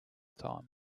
time